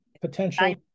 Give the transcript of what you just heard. potential